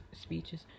speeches